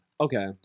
Okay